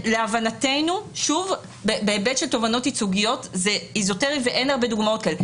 להבנתנו בהיבט של תובענות ייצוגיות זה אזוטרי ואין הרבה דוגמאות כאלה.